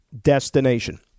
destination